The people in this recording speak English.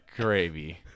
gravy